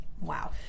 wow